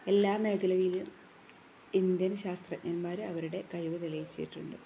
എല്ലാ മേഖലകളിലും ഇന്ത്യൻ ശാസ്ത്രജ്ഞന്മാര് അവരുടെ കഴിവ് തെളിയിച്ചിട്ടുണ്ട്